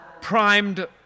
primed